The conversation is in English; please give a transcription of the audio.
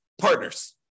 partners